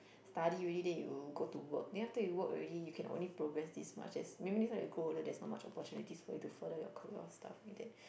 study already then you go to work then after that you work already you can only progress this much as maybe next time you grow older there's not much opportunities for you to further your career or stuff like that